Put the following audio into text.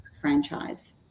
franchise